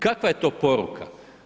Kakva je to poruka?